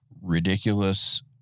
Ridiculous